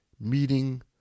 meeting